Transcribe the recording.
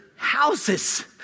houses